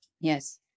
Yes